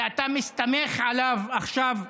שאתה מסתמך עליו עכשיו,